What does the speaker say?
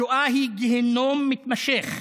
השואה היא גיהינום מתמשך,